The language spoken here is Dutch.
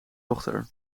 dochter